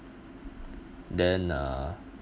then uh